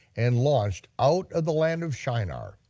and washed out of the land of shinar,